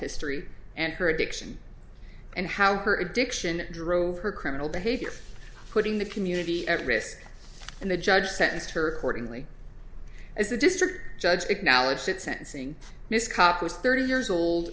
history and her addiction and how her addiction drove her criminal behavior putting the community at risk and the judge sentenced her cordingley as the district judge acknowledged that sentencing this cop was thirty years old